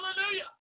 Hallelujah